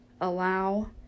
Allow